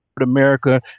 America